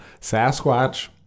Sasquatch